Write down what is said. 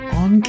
on